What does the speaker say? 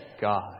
God